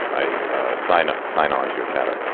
i sign a sign onto your chatter.